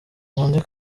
nkunde